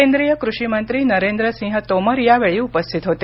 केंद्रीय कृषी मंत्री नरेंद्र सिंह तोमर यावेळी उपस्थित होते